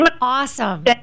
awesome